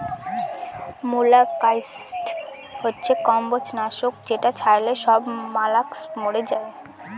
molluscicide হচ্ছে কম্বজ নাশক যেটা ছড়ালে সব মলাস্কা মরে যায়